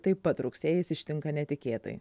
taip pat rugsėjis ištinka netikėtai